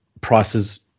prices